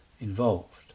involved